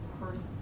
person